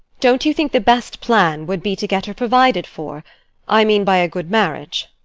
don't you think the best plan would be to get her provided for i mean, by a good marriage.